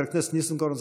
חבר הכנסת ניסנקורן,